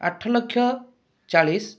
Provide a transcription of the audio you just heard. ଆଠ ଲକ୍ଷ ଚାଳିଶି